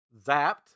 Zapped